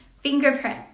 fingerprint